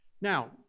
Now